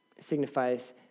signifies